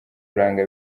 kuranga